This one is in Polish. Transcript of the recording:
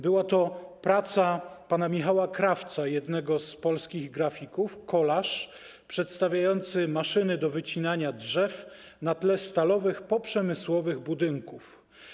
Była to praca pana Michała Krawca, jednego z polskich grafików, kolaż przedstawiający maszyny do wycinania drzew na tle stalowych, poprzemysłowych budynków.